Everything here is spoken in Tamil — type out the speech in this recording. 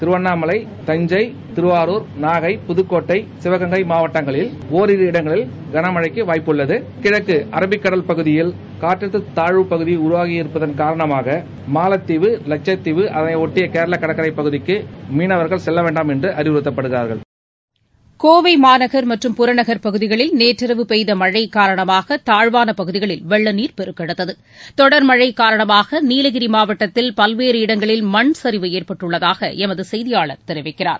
திருவண்ணாமலை தஞ்சை திருவாரூர் நாகை புதக்கோட்டை சிவகங்கை மாவட்டங்களில் ஒரிரு இடங்களில் கனமழைக்கு வாய்ப்பு உள்ளது தென்கிழக்கு அரபிக்கடல் பகுதியில் காற்றழுத்த தாழ்வுநிலை உருவாகியிருப்பதன் காரணமாக மாலத்தீவு அதனைபொட்டி கோள கடற்கரைப் பகுதிங்கு மீனவர்கள் செல்ல வேண்டாம் என்று அறிவறுத்தப்படுகிறதுப கோவை மாநகர் மற்றும் புறநகர் பகுதிகளில் நேற்றிரவு பெய்த மழை காரணமாக தாழ்வான பகுதிகளில் வெள்ள நீர் பெருக்கெடுத்தது தொடர்மழை காரணமாக நீலகிரி மாவட்டத்தில் பல்வேறு இடங்களில மண் சரிவு ஏற்பட்டுள்ளதாக எமது செய்தியாளர் தெரிவிக்கிறார்